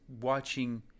watching